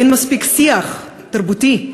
אין מספיק שיח תרבותי,